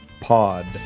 pod